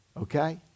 Okay